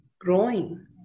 growing